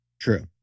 True